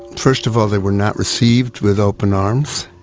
first of all they were not received with open arms.